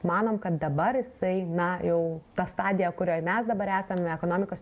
manom kad dabar jisai na jau ta stadija kurioj mes dabar esam ekonomikos